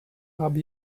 have